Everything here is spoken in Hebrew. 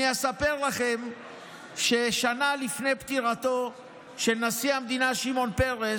אספר לכם ששנה לפני פטירתו של נשיא המדינה שמעון פרס,